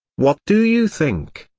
what do you think?